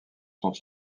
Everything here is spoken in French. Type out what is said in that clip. sont